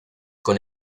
con